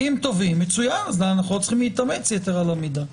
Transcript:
אם כן, לא צריך להתאמץ יתר על המידה.